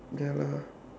ya lah